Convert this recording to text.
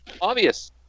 obvious